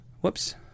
Whoops